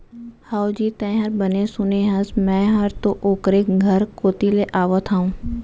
हवजी, तैंहर बने सुने हस, मैं हर तो ओकरे घर कोती ले आवत हँव